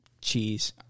cheese